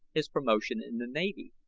his promotion in the navy,